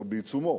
אנחנו בעיצומו,